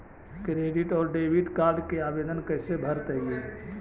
Credit और debit card के आवेदन कैसे भरैतैय?